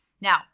Now